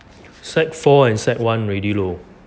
sec four and sec one already lor